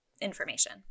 information